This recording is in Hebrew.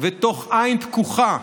ותוך עין פקוחה,